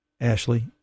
Ashley